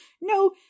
No